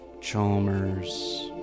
Chalmers